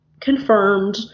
confirmed